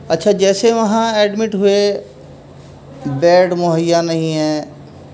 اچھا جیسے وہاں ایڈمٹ ہوئے بیڈ مہیا نہیں ہے